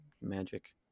Magic